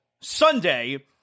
Sunday